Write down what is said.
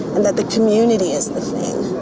and that the community is the same.